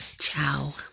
ciao